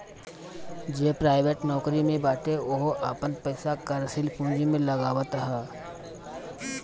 जे प्राइवेट नोकरी में बाटे उहो आपन पईसा कार्यशील पूंजी में लगावत हअ